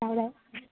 तव्हां ॿुधायो